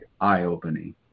eye-opening